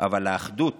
אבל האחדות